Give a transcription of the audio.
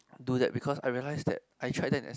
do that because I realized that I tried that as